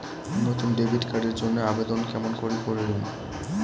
নতুন debit card এর জন্যে আবেদন কেমন করি করিম?